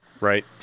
right